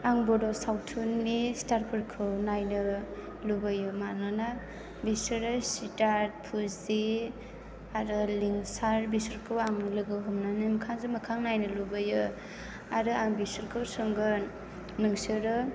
आं बड' सावथुननि स्टारफोरखौ नायनो लुबैयो मानोना बिसोरो सिद्धार्थ फुजि आरो लिंसार बिसोरखौ आं लोगो हमनानै मोखांजों मोखां नायनो लुबैयो आरो आं बिसोरखौ सोंगोन नोंसोरो